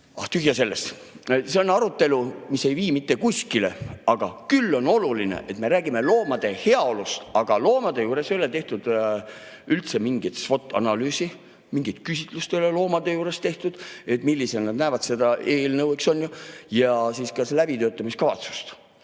tühja sellest. See on arutelu, mis ei vii mitte kuskile. Küll aga on oluline, et me räägime loomade heaolust. Aga loomade hulgas ei ole tehtud üldse mingit SWOT‑analüüsi, mingit küsitlust ei ole loomade seas tehtud, et millisena nemad näevad seda eelnõu. Ka läbitöötamiskavatsust